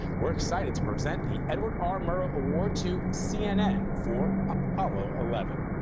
we're excited to present the edward r. murrow award to cnn for apollo eleven.